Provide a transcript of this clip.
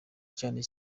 cyane